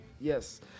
Yes